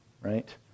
right